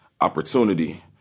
opportunity